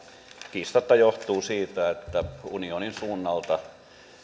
kiistatta johtuu siitä että unionin suunnalta